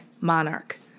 monarch